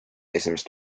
esimest